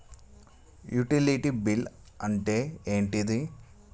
Utility bill అంటే ఏంటిది?